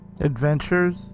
Adventures